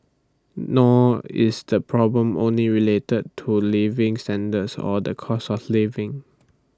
nor is the problem only related to living standards or the cost of living